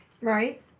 Right